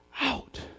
out